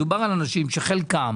מדובר באנשים שחלקם